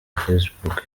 facebook